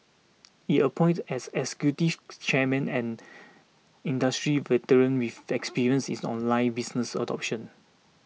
it appointed as executive chairman and industry veteran with experience in online business adoption